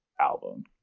album